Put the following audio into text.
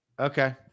Okay